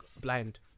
blind